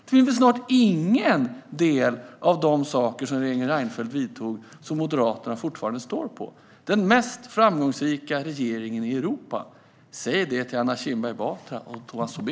Det finns snart inget av det som regeringen Reinfeldt vidtog som Moderaterna fortfarande står för. Den mest framgångsrika regeringen i Europa - säg det till Anna Kinberg Batra och Tomas Tobé!